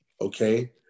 okay